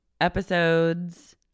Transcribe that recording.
episodes